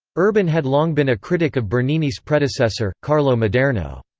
urban had long been a critic of bernini's predecessor, carlo maderno.